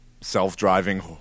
self-driving